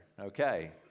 Okay